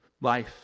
life